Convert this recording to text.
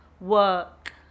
work